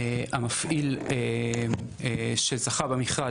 המפעיל שזכה במכרז,